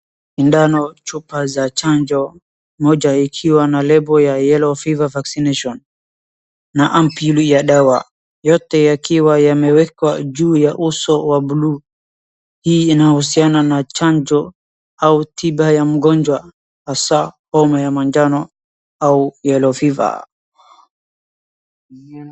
Sindano, chupa za chanjo, moja ikiwa na label ya Yellow Fever Vaccination , na amp {cs] ile ya dawa, yote yakiwa yamewekwa juu ya uso wa blue , hii inahusiana na chanjo au tiba ya mgonjwa, hasa homa ya manjano au Yellow Fever .